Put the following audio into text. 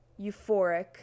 euphoric